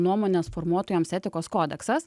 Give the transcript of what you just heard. nuomonės formuotojams etikos kodeksas